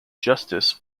justice